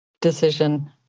decision